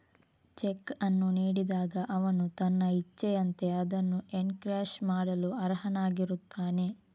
check ಅನ್ನು ನೀಡಿದಾಗ ಅವನು ತನ್ನ ಇಚ್ಛೆಯಂತೆ ಅದನ್ನು ಎನ್ಕ್ಯಾಶ್ ಮಾಡಲು ಅರ್ಹನಾಗಿರುತ್ತಾನೆ